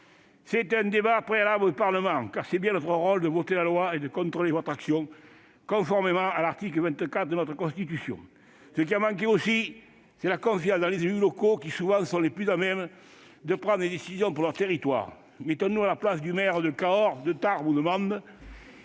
c'est un débat préalable au Parlement, car c'est bien notre rôle de voter la loi et de contrôler votre action, conformément à l'article 24 de notre Constitution. Ce qui a manqué aussi, c'est la confiance dans les élus locaux, qui, souvent, sont les plus à même de prendre des décisions pour leur territoire. Mettons-nous à la place du maire de Cahors, de Tarbes ou de Mende,